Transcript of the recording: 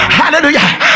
hallelujah